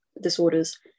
disorders